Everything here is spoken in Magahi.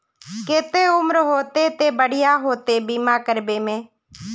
केते उम्र होते ते बढ़िया होते बीमा करबे में?